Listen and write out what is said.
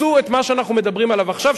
עשו את מה שאנחנו מדברים עליו עכשיו,